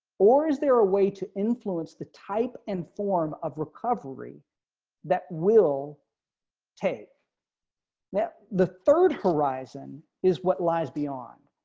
or is there a way to influence the type and form of recovery that will take now the third horizon is what lies beyond